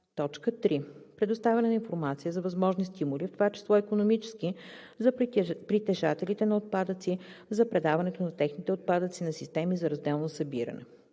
3. предоставяне на информация за възможни стимули, в това число икономически, за притежателите на отпадъци за предаването на техните отпадъци на системи за разделно събиране;